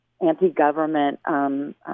anti-government